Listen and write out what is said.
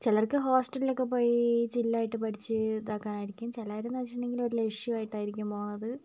ചിലർക്ക് ഹോസ്റ്റലിൽ ഒക്കെ പോയി ചിൽ ആയിട്ട് പഠിച്ച് ഇതാകാൻ ആയിരിക്കും ചിലർ എന്ന് വെച്ചിട്ടുണ്ടെങ്കിൽ ഒരു ലക്ഷ്യം ആയിട്ട് ആയിട്ടായിരിക്കും പോവുന്നത്